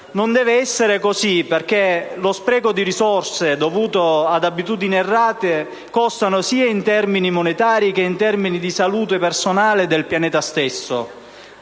Non deve essere così, perché lo spreco di risorse dovuto ad abitudini errate costa in termini sia monetari che di salute personale e del pianeta.